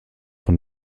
von